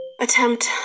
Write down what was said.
Attempt